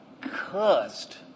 cursed